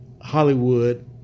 Hollywood